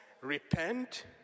repent